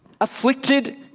Afflicted